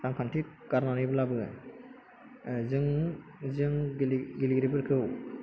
रांखान्थि गारनानैब्लाबो जों जों गेलेगिरिफोरखौ